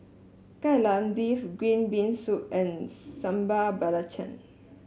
Kai Lan Beef Green Bean Soup and Sambal Belacan